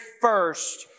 first